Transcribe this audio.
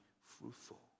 fruitful